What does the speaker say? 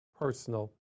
personal